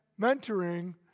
mentoring